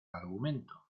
argumento